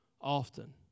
often